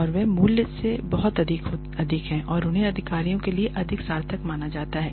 और वे मूल्य में बहुत अधिक हैं और उन्हें अधिकारियों के लिए अधिक सार्थक माना जाता है